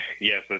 Yes